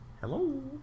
Hello